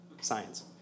science